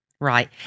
right